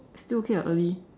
still okay [what] early